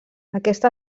aquesta